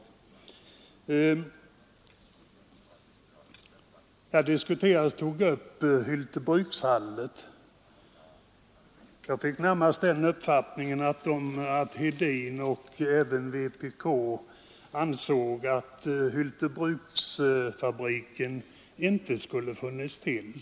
Här har också diskuterats Hyltebruksfallet. Jag fick närmast den uppfattningen att herr Hedin och även herr Israelsson ansåg att Hyltebruksfabriken inte borde ha funnits till.